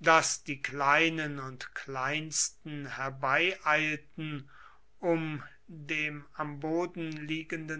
daß die kleinen und kleinsten herbeieilten um dem am boden liegenden